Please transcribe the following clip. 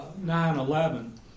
9-11